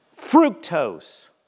fructose